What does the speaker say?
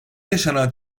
yaşanan